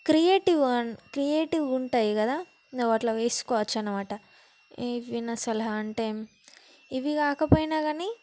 creative creative ఉంటాయి కదా అట్ల వేసుకోవచ్చు అన్నమాట ఇవి నా సలహా అంటే ఇవి కాకపోయినా కానీ